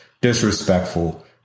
Disrespectful